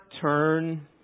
turn